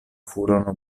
furono